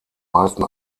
meisten